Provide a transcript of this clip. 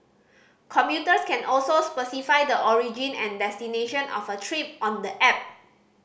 commuters can also specify the origin and destination of a trip on the app